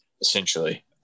essentially